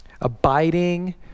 abiding